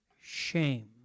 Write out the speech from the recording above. shame